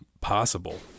possible